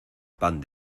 pan